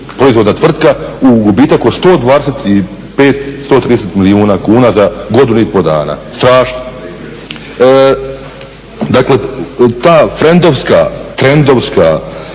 proizvodna tvrtka u gubitak od 125, 130 milijuna kuna za godinu i pol dana. Strašno. Dakle ta frendovska, trendovska